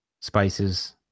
spices